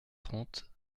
trente